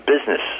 business